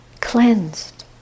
cleansed